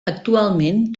actualment